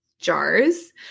jars